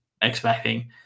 expecting